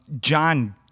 John